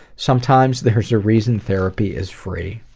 sometimes there's a reason therapy is free.